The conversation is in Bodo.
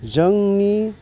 जोंनि